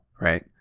right